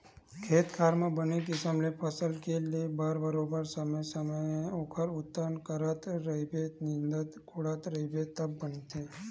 खेत खार म बने किसम ले फसल के ले बर बरोबर समे के समे ओखर जतन करत रहिबे निंदत कोड़त रहिबे तब बनथे